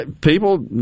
people